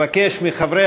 חברי